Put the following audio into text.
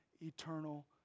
eternal